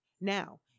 Now